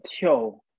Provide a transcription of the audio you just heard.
Yo